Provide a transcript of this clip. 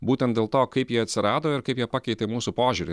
būtent dėl to kaip jie atsirado ir kaip jie pakeitė mūsų požiūrį